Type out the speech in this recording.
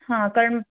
हां कारण